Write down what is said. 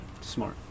smart